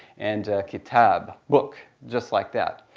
and kitaab, book, just like that.